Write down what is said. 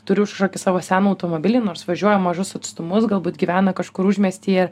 turi už kažkokį savo seną automobilį nors važiuoja mažus atstumus galbūt gyvena kažkur užmiestyje